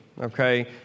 okay